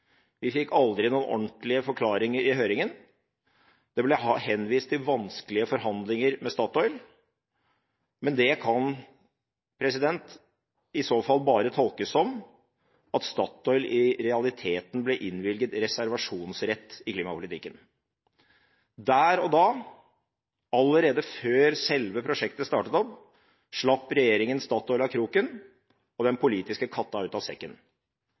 Vi fikk aldri noen ordentlige forklaringer i høringen. Det ble henvist til vanskelige forhandlinger med Statoil, men det kan i så fall bare tolkes som at Statoil i realiteten ble innvilget reservasjonsrett i klimapolitikken. Der og da, allerede før selve prosjektet startet opp, slapp regjeringen Statoil av kroken og den politiske katta ut av sekken.